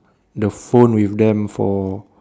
the phone with them for